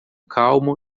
calmo